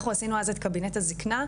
אנחנו עשינו אז את קבינט הזקנה,